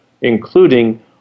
including